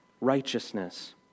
righteousness